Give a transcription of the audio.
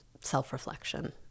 self-reflection